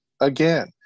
again